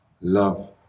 love